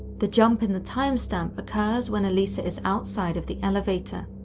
the jump in the timestamp occurs when elisa is outside of the elevator.